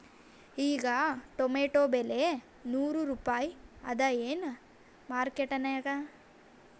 ಈಗಾ ಟೊಮೇಟೊ ಬೆಲೆ ನೂರು ರೂಪಾಯಿ ಅದಾಯೇನ ಮಾರಕೆಟನ್ಯಾಗ?